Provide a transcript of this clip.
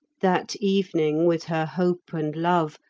that evening, with her hope and love,